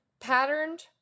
patterned